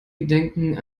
gedenken